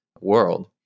world